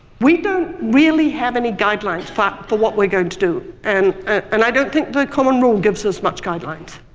we don't really have any guidelines for for what we are going to do. and and i don't think the common rule gives us much guidelines,